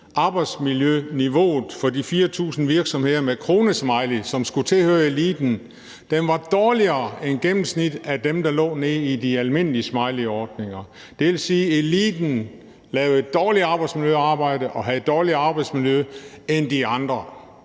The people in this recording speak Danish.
gennemsnitsarbejdsmiljøniveauet for de 4.000 virksomheder med kronesmiley, som skulle tilhøre eliten, var dårligere end gennemsnittet for dem, der lå nede i den almindelige smileyordning. Det vil sige, at eliten lavede et dårligere arbejdsmiljøarbejde og havde et dårligere arbejdsmiljø end de andre.